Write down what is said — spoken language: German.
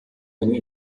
eine